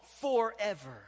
forever